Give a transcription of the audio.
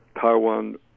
Taiwan